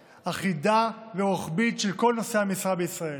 אחידה ורוחבית של כל נושאי המשרה בישראל,